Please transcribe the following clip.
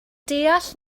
deall